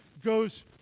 goes